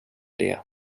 det